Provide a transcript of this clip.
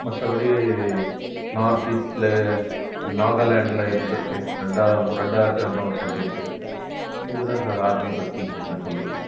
மற்றபடி நார்த் ஈஸ்ட்டில் நாகலாண்டில் இருந்திருக்கேன் ரெண்டு ரெண்டு டைம் நான் ஒர்க் பண்ணியிருக்கேன் இதுதான் சார் ஆர்மி பற்றி என்ன சொல்கிறது